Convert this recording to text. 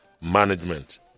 management